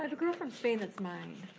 ah girl from spain that's mine,